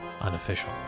unofficial